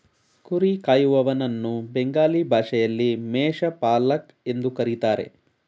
ಕುರಿ ಕಾಯುವನನ್ನ ಬೆಂಗಾಲಿ ಭಾಷೆಯಲ್ಲಿ ಮೇಷ ಪಾಲಕ್ ಎಂದು ಕರಿತಾರೆ